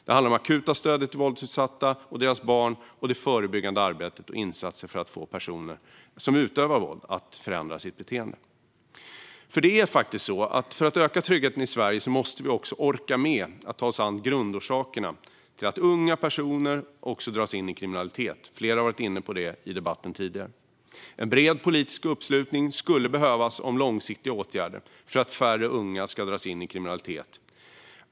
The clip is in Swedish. Det handlar om det akuta stödet till våldsutsatta och deras barn och det förebyggande arbetet med insatser för att få personer som utövar våld att förändra sitt beteende. För att öka tryggheten i Sverige måste vi också orka med att ta oss an grundorsakerna till att unga personer dras in i kriminalitet. Flera har varit inne på detta tidigare i debatten. En bred politisk uppslutning skulle behövas kring långsiktiga åtgärder för att färre unga ska dras in i kriminalitet.